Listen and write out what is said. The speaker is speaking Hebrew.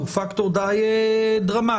הוא פקטור די דרמטי.